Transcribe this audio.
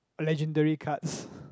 legendary cards